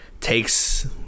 takes